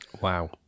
Wow